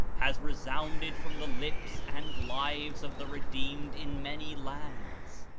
has resounded from the lips and lives of the redeemed in many lands.